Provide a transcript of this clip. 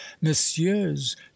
messieurs